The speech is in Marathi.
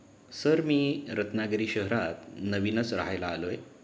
सर मी रत्नागिरी शहरात नवीनच राहायला आलो आहे